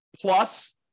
Plus